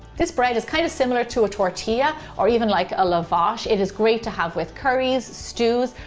this bread is kind of similar to a tortilla or even like a lavash. it is great to have with curries, stews,